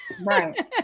right